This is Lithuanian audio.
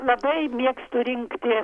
labai mėgstu rinkti